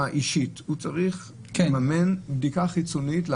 אישית אלא הוא צריך לממן בדיקה חיצונית.